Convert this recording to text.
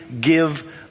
give